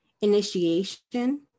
initiation